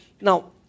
now